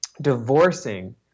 divorcing